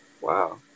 Wow